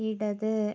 ഇടത്